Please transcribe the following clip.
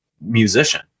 musician